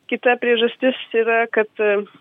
kita priežastis yra kad